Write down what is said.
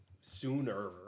sooner